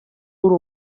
uri